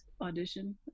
audition